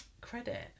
credit